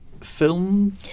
film